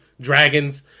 dragons